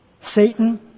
Satan